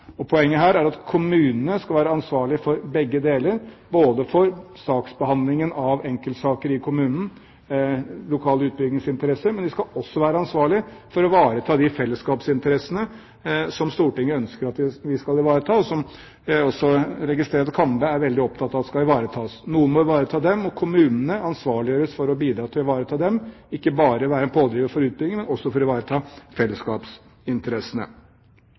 og langsiktig plan. Poenget her er at kommunene skal være ansvarlige for begge deler, både for saksbehandlingen av enkeltsaker i kommunen, lokal utbyggingsinteresse, og de skal også være ansvarlig for å ivareta de fellesskapsinteressene som Stortinget ønsker at vi skal ivareta, og som jeg registrerer at Kambe er veldig opptatt av å ivareta. Noen må ivareta disse interessene, og kommunene ansvarliggjøres for å bidra til å ivareta dem – ikke bare være en pådriver for utbygging, men også ivareta fellesskapsinteressene.